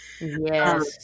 Yes